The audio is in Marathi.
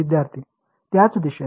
विद्यार्थीः त्याच दिशेने